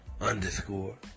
underscore